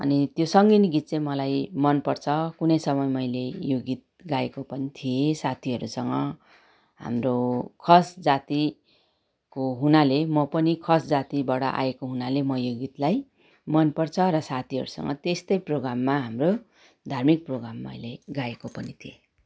अनि त्यो सङ्गिनी गीत चाहिँ मलाई मनपर्छ कुनै समयमा मैले यो गीत गाएको पनि थिएँ साथीहरूसँग हाम्रो खस जातिको हुनाले म पनि खस जातिबाट आएको हुनाले म यो गीतलाई मनपर्छ र साथीहरूसँग त्यस्तै प्रोग्राममा हाम्रो धार्मिक प्रोग्राममा मैले गाएको पनि थिएँ